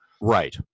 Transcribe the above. Right